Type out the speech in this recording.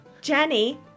Jenny